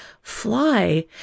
fly